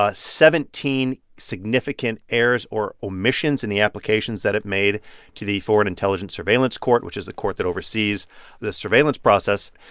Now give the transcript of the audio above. ah seventeen significant errors or omissions in the applications that it made to the foreign intelligence surveillance court, which is the court that oversees the surveillance process.